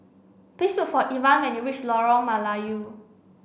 please look for Evan when you reach Lorong Melayu